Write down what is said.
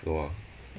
no ah